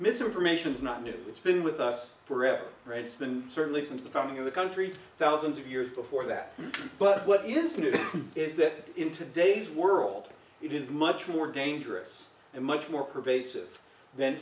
misinformation is not new it's been with us forever right it's been certainly some succumbing in the country thousands of years before that but what is new is that in today's world it is much more dangerous and much more pervasive th